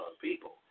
people